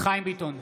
חיים ביטון,